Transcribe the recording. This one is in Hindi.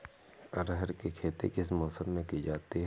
अरहर की खेती किस मौसम में की जाती है?